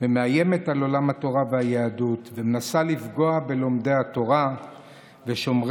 ומאיימת על עולם התורה והיהדות ומנסה לפגוע בלומדי התורה ושומריה.